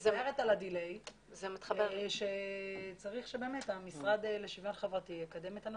אני מצטערת על האיחור וצריך שבאמת המשרד לשוויון חברתי יקדם את הנושא.